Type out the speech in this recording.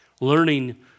Learning